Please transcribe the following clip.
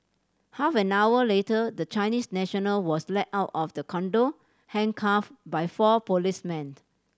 half an hour later the Chinese national was led out of the condo handcuffed by four policemen